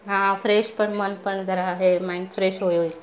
हा फ्रेश पण मन पण जरा हे माइंड फ्रेश होईल